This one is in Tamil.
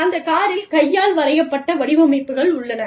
அந்த காரில் கையால் வரையப்பட்ட வடிவமைப்புகள் உள்ளன